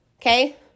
okay